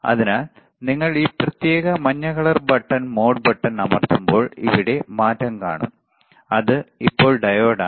അതിനാൽ നിങ്ങൾ ഈ പ്രത്യേക മഞ്ഞ കളർ ബട്ടൺ മോഡ് അമർത്തുമ്പോൾ ഇവിടെ മാറ്റം കാണും അത് ഇപ്പോൾ ഡയോഡാണ്